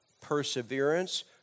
perseverance